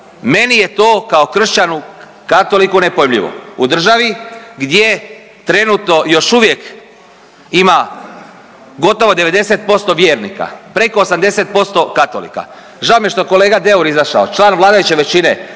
meni je to kao kršćanu, katoliku nepojmljivo u državi gdje trenutno još uvijek ima gotovo 90% vjernika, preko 80% katolika. Žao mi je što je kolega Deur izašao, član vladajuće većine,